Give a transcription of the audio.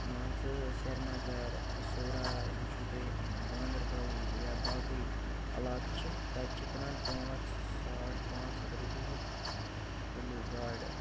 مان ژٕ سرینَگر صورہ وٕچھو تُہۍ گاندَربل یا باقٕے علاقہٕ چھِ تَتہِ چھِ کٕنان پانٛژھ ساڑ پانٛژھ ہَتھ رۄپیہِ حظ کِلوٗ گاڈٕ